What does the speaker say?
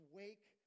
wake